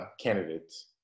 candidates